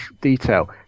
detail